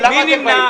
מי נמנע?